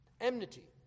Enmity